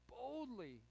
boldly